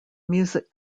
music